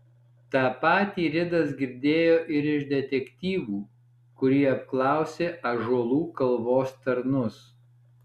tą patį ridas girdėjo ir iš detektyvų kurie apklausė ąžuolų kalvos tarnus